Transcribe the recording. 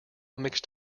mixed